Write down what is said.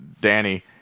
Danny